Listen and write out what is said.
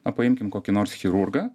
paimkime kokį nors chirurgą